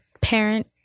parent